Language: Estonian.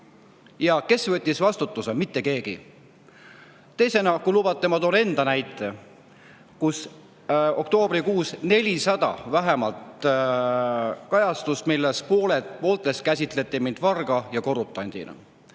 Ja kes võttis vastutuse? Mitte keegi. Teisena, kui lubate, ma toon enda näite. Oktoobrikuus oli vähemalt 400 kajastust, millest pooltes käsitleti mind varga ja korruptandina.